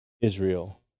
Israel